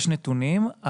יש נתונים.